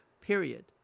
Period